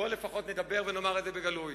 בוא לפחות נדבר ונאמר את זה בגלוי.